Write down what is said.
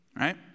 right